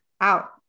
out